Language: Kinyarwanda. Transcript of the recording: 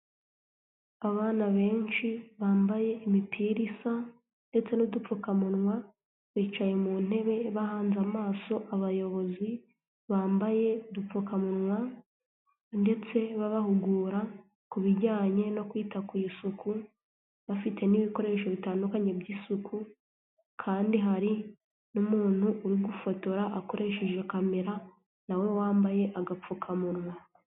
Abana benshi bambaye imipira isa ndetse n'udupfukamunwa, bicaye mu ntebe bahanze amaso abayobozi, bambaye udupfukamunwa ndetse babahugura ku bijyanye no kwita ku isuku, bafite n'ibikoresho bitandukanye by'isuku kandi hari n'umuntu uri gufotora, akoresheje kamera na we wambaye agapfukamunwa.